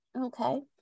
okay